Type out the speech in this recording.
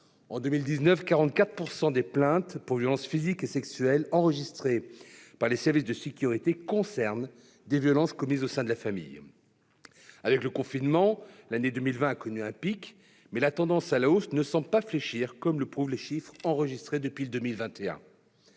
En 2019, 44 % des plaintes pour violences physiques et sexuelles enregistrées par les services de sécurité concernaient des violences commises au sein de la famille. Un pic a été atteint en 2020 en raison du confinement, mais la tendance à la hausse ne semble pas fléchir, comme le prouvent les chiffres enregistrés depuis 2021.